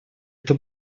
это